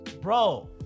Bro